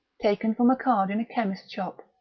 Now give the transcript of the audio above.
taken from a card in a chemist's shop,